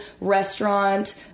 restaurant